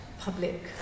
public